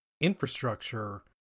infrastructure